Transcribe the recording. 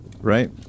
Right